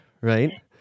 right